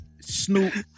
Snoop